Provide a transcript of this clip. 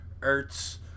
Ertz